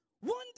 One